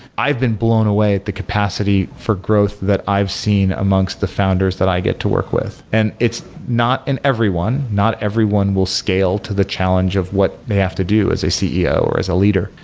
i've been blown away at the capacity for growth that i've seen amongst the founders that i get to work with. and it's not in everyone. not everyone will scale to the challenge of what they have to do as a ceo, or as a leader.